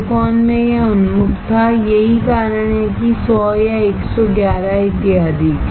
silicon में यह उन्मुख था यही कारण है कि 100 या 111 इत्यादि